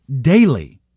daily